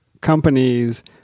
companies